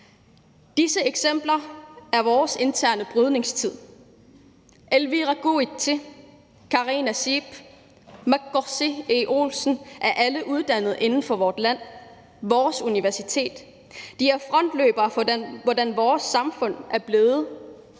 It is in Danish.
Disse er eksempler på vores interne brydningstid – Elvira Kûitse, Karina Zeeb og Makkorsi E. Olsen er alle uddannet i vort land, vores universitet, og de er frontløbere for, hvordan vores samfund er blevet, det